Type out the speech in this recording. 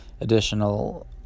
additional